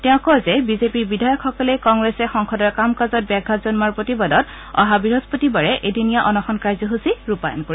তেওঁ কয় যে বিজেপিৰ বিধায়কসকলে কংগ্ৰেছে সংসদৰ কাম কাজত ব্যাঘাত জন্মোৱাৰ প্ৰতিবাদত অহা বৃহস্পতিবাৰে এদিনীয়া অনশন কাৰ্যসূচী ৰূপায়ণ কৰিব